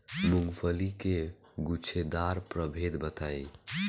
मूँगफली के गूछेदार प्रभेद बताई?